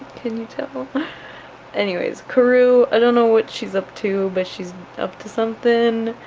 can you tell? anyways, karou, i don't know what she's up to but she's up to something